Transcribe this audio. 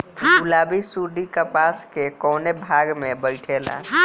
गुलाबी सुंडी कपास के कौने भाग में बैठे ला?